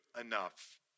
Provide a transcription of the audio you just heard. enough